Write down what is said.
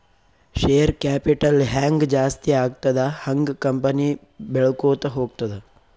share capital ಹ್ಯಾಂಗ್ ಜಾಸ್ತಿ ಆಗ್ತದ ಹಂಗ್ ಕಂಪನಿ ಬೆಳ್ಕೋತ ಹೋಗ್ತದ